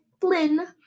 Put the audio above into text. Flynn